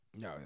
No